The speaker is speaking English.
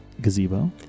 gazebo